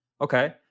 Okay